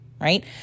right